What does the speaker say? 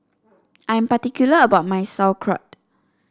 I am particular about my Sauerkraut